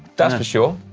that's for sure.